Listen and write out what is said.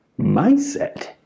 mindset